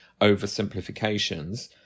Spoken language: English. oversimplifications